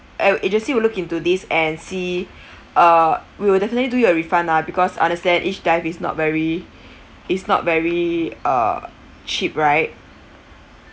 a~ agency will look into this and see uh we will definitely do a refund lah because understand each dive it's not very it's not very uh cheap right